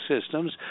systems